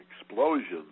explosions